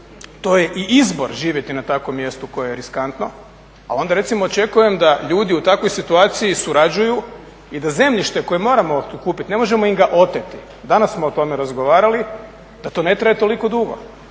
to je i izbor živjeti na takvom mjestu koje je riskantno, ali onda recimo da očekujem da su ljudi u takvoj situaciju surađuju i da zemljište koje moramo otkupiti, ne možemo im ga oteti, danas smo o tome razgovarali, da to ne traje toliko dugo.